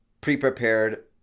pre-prepared